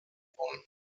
wollen